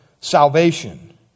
salvation